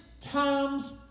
times